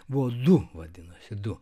buvo du vadinasi du